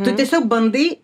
tu tiesiog bandai